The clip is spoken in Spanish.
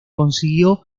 consiguió